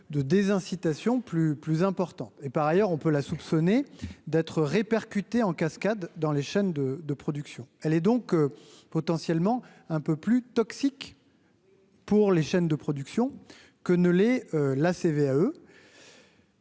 de des incitations plus plus important et par ailleurs, on peut la soupçonné d'être répercuté en cascade dans les chaînes de de production, elle est donc potentiellement un peu plus toxique. Pour les chaînes de production que ne l'est la CVAE.